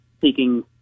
taking